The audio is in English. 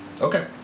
okay